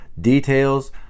details